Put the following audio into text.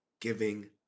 giving